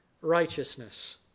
righteousness